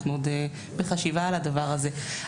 אנחנו עוד בחשיבה על הדבר הזה,